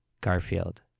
Garfield